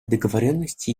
договоренности